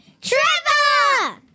Trevor